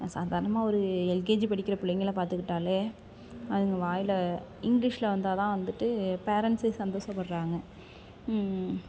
சாதாரணமாக ஒரு எல்கேஜி படிக்கிற பிள்ளைங்கள பார்த்துக்கிட்டாலே அவங்க வாயில் இங்கிலிஷில் வந்தால் தான் வந்துட்டு பேரண்ட்ஸே சந்தோஷப்பட்றாங்க